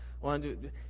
one